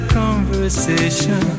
conversation